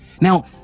Now